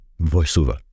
voiceover